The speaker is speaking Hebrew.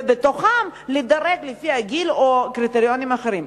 ובתוכם לדרג לפי הגיל או קריטריונים אחרים.